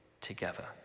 together